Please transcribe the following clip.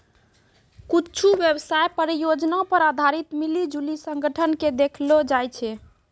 कुच्छु व्यवसाय परियोजना पर आधारित मिली जुली संगठन के देखैलो जाय छै